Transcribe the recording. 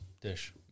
dish